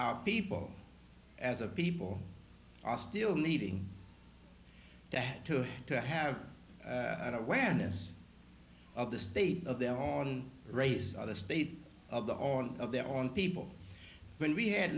our people as a people are still needing to have to have this of the state of their on race of the state of the on of their own people when we had